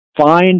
find